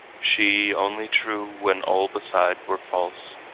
she only true when all beside were false,